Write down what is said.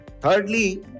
Thirdly